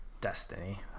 Destiny